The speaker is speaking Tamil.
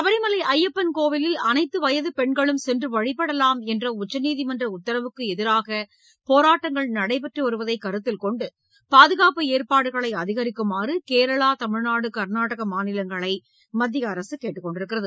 சபரிமலை ஐயப்பன் கோவிலில் அனைத்து வயது பெண்களும் சென்று வழிபடலாம் என்ற உச்சநீதிமன்றம் உத்தரவுக்கு எதிராக போராட்டங்கள் நடைபெற்று வருவதை கருத்தில் கொண்டு பாதுகாப்பு ஏற்பாடுகளை அதிகரிக்குமாறு கேரளா தமிழ்நாடு கர்நாடகா மாநிலங்களை மத்திய அரசு கேட்டுக் கொண்டுள்ளது